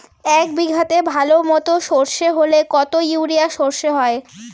এক বিঘাতে ভালো মতো সর্ষে হলে কত ইউরিয়া সর্ষে হয়?